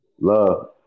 Love